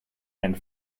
and